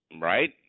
right